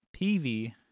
PV